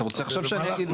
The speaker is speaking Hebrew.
אתה רוצה עכשיו שאני אגיד?